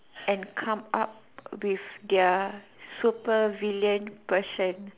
and come up with their super villain person